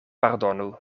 pardonu